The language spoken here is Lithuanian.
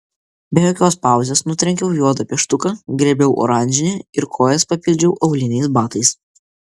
be jokios pauzės nutrenkiau juodą pieštuką griebiau oranžinį ir kojas papildžiau auliniais batais